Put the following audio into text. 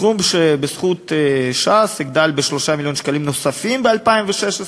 סכום שבזכות ש"ס יגדל ב-3 מיליון שקלים נוספים ב-2016.